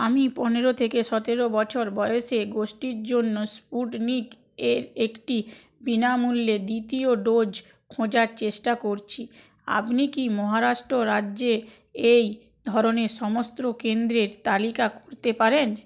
আমি পনেরো থেকে সতেরো বছর বয়সে গোষ্ঠীর জন্য স্পুটনিক এর একটি বিনামূল্যে দ্বিতীয় ডোজ খোঁজার চেষ্টা করছি আপনি কি মহারাষ্ট্র রাজ্যে এই ধরনের সমস্ত কেন্দ্রের তালিকা করতে পারেন